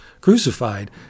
crucified